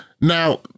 Now